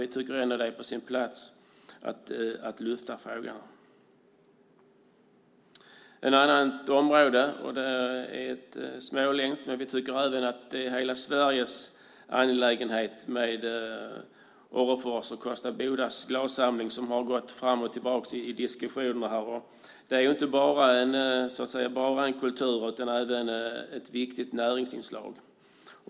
Vi tycker ändå att det är på sin plats att lyfta upp frågan. Vi tycker att Orrefors och Kosta Bodas glassamling är hela Sveriges angelägenhet. Den har gått fram och tillbaka i diskussionen. Det är inte bara en kulturfråga utan också ett viktigt näringsinslag.